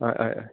हय हय हय